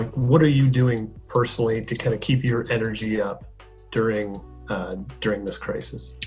what are you doing personally to kind of keep your energy up during during this crisis?